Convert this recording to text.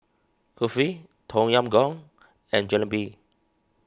Kulfi Tom Yam Goong and Jalebi